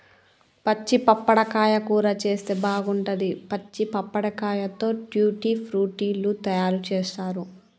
పచ్చి పప్పడకాయ కూర చేస్తే బాగుంటది, పచ్చి పప్పడకాయతో ట్యూటీ ఫ్రూటీ లు తయారు చేస్తారు